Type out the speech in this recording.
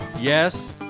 Yes